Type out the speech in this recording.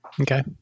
Okay